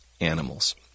animals